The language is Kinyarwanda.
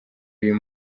uyu